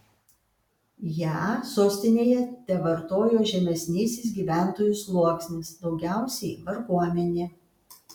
ją sostinėje tevartojo žemesnysis gyventojų sluoksnis daugiausiai varguomenė